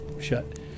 shut